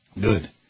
Good